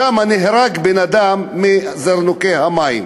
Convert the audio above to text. שם נהרג בן-אדם מזרנוקי מים,